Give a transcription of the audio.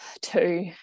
two